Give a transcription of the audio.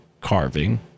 carving